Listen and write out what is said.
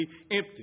empty